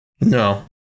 No